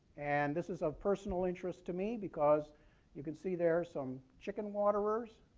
and this is of personal interest to me because you can see there some chicken waterers,